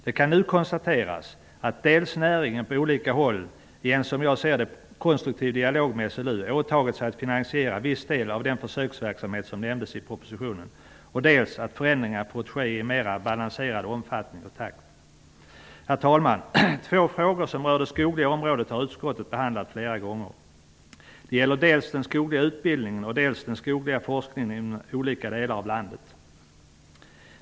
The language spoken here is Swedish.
Det kan nu konstateras dels att näringen på olika håll, i en som jag ser det konstruktiv dialog med SLU, åtagit sig att finansiera viss del av den försöksverksamhet som nämndes i propositionen, dels att förändringarna fått ske i en mera balanserad omfattning och takt. Herr talman! Utskottet har flera gånger behandlat två frågor som rör det skogliga området. Det gäller dels den skogliga utbildningen, dels den skogliga forskningen inom olika delar av landet.